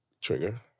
Trigger